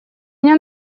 меня